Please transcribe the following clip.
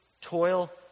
toil